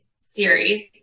series